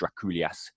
Draculias